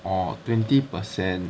or twenty percent